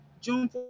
June